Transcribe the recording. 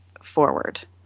forward